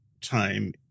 time